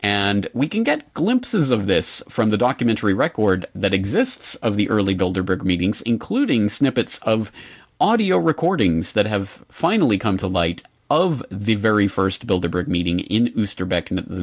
and we can get glimpses of this from the documentary record that exists of the early goldenberg meetings including snippets of audio recordings that have finally come to light of the very first build a brick meeting